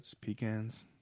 pecans